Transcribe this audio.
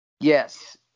Yes